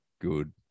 good